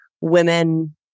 women